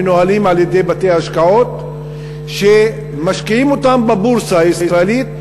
המנוהלות על-ידי בתי-ההשקעות שמשקיעים אותם בבורסה הישראלית,